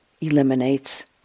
eliminates